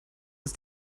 ist